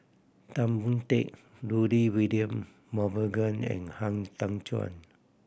Tan Boon Teik Rudy William Mosbergen and Han Tan Juan